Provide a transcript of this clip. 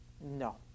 No